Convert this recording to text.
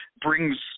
brings